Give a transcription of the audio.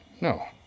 No